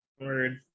Word